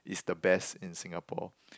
is the best in Singapore